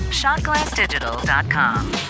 Shotglassdigital.com